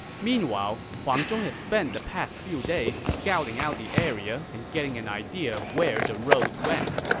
meanwhile, huang zhong had spent the past few days scouting out the area and getting an idea of where the roads went.